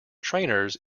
trainers